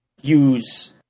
use